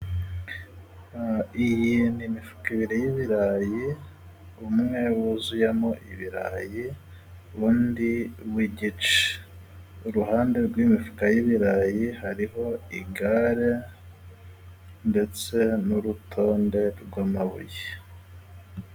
Iyi ni imifuka ibiri y'ibirayi, umwe wuzuyemo ibirayi undi w'igice, iruhande rw'imifuka y'ibirayi hariho igare ndetse n'urutonde rw'amabuye.